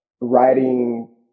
writing